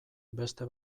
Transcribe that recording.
beste